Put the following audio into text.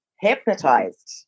hypnotized